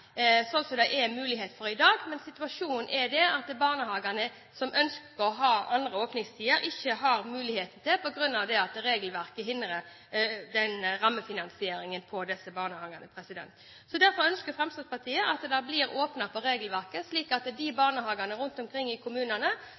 det er mulighet for i dag. Men situasjonen er at barnehagene som ønsker å ha andre åpningstider, ikke har mulighet til det på grunn av at regelverket hindrer rammefinansieringen for disse barnehagene. Derfor ønsker Fremskrittspartiet at regelverket åpner for at de barnehagene rundt om i kommunene